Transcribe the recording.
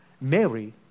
Mary